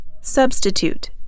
substitute